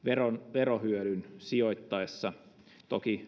verohyödyn sijoitettaessa toki